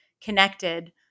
connected